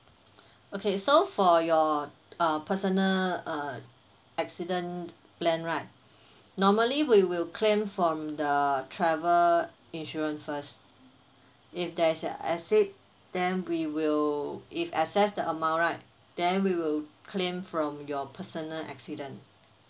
okay so for your uh personal uh accident plan right normally we will claim from the travel insurance first if there's a exceed then we will if excessed the amount right then we will claim from your personal accident